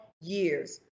years